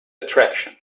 attraction